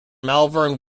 malvern